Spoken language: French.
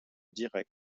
direct